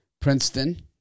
Princeton